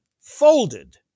folded